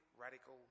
radical